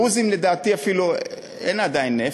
לדעתי, לדרוזים אפילו אין עדיין.